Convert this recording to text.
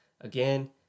again